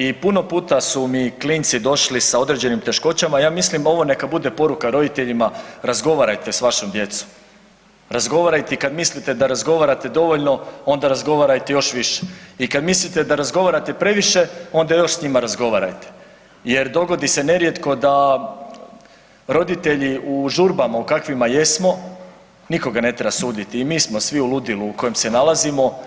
I puno puta su mi klinci došli sa određenim teškoćama, ja mislim ovo neka bude poruka roditeljima razgovarajte s vašom djecom, razgovarajte i kad mislite da razgovarate dovoljno onda razgovarajte još više i kad mislite da razgovarate previše onda još s njima razgovarajte jer dogodi se nerijetko da roditelji u žurbama u kakvima jesmo, nikoga ne treba suditi i mi smo svi u ludilu u kojem se nalazimo